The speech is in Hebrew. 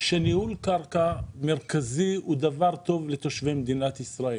שניהול קרקע מרכזי הוא דבר טוב לתושבי מדינת ישראל